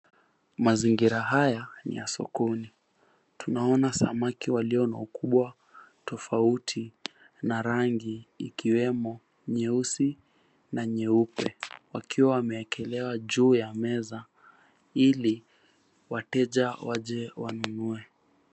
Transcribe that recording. Mazingira haya ni ya sokoni. Tunaona samaki walio na wakubwa tofauti na rangi ikiwemo nyeusi na nyeupe, wakiwa wameekelewa juu ya meza ili wateja waje wanunue.